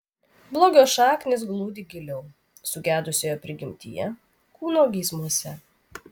blogio šaknys glūdi giliau sugedusioje prigimtyje kūno geismuose